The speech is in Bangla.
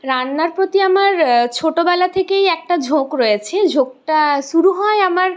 রান্নার প্রতি আমার ছোটবেলা থেকেই একটা ঝোঁক রয়েছে ঝোঁকটা শুরু হয় আমার